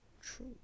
true